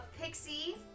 Pixie